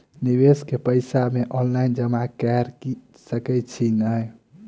निवेश केँ पैसा मे ऑनलाइन जमा कैर सकै छी नै?